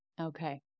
Okay